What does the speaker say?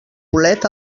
bolet